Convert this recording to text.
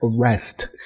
arrest